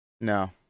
No